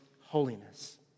holiness